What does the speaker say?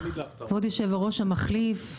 כבוד היושב-ראש המחליף,